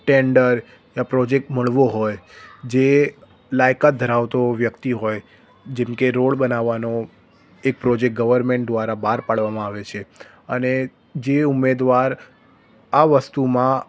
tender યા project મળવો હોય જે લાયકાત ધરાવતો વ્યક્તિ હોય જેમકે રોડ બનાવવાનો એક પ્રોજેક્ટ ગવર્મેન્ટ દ્વારા બહાર પાડવામાં આવે છે અને જે ઉમેદવાર આ વસ્તુમાં